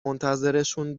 منتظرشون